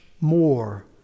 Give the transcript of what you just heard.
more